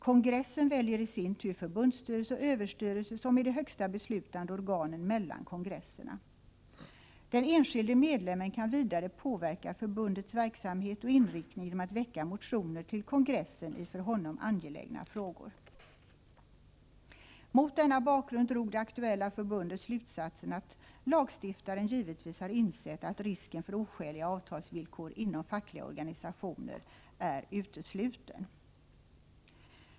Kongressen väljer i sin tur förbundsstyrelse och överstyrelse, som är de högsta beslutande organen mellan kongresserna. Den enskilde medlemmen kan vidare påverka förbundets verksamhet och inriktning genom att väcka motioner till kongressen i för honom angelägna frågor. Mot denna bakgrund drog det aktuella förbundet slutsatsen att lagstiftaren givetvis har insett att risken för oskäliga avtalsvillkor inom fackliga organisationer är utesluten.